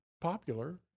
popular